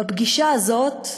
בפגישה הזאת,